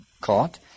caught